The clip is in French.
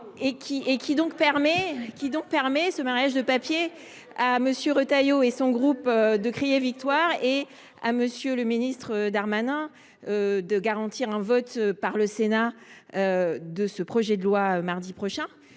mariage d’amour ! Ce mariage de papier permet à M. Retailleau et à son groupe de crier victoire, et à M. le ministre Darmanin de s’assurer un vote par le Sénat de ce projet de loi mardi prochain.